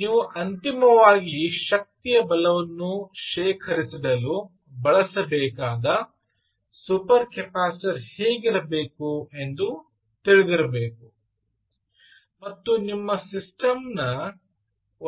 ನೀವು ಅಂತಿಮವಾಗಿ ಶಕ್ತಿಯ ಬಲವನ್ನು ಶೇಖರಿಸಿಡಲು ಬಳಸಬೇಕಾದ ಸೂಪರ್ ಕೆಪಾಸಿಟರ್ ಹೇಗಿರಬೇಕು ಎಂದು ತಿಳಿದಿರಬೇಕು ಮತ್ತು ನಿಮ್ಮ ಸಿಸ್ಟಮ್ನ